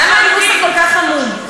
למה הנוסח כל כך עמום?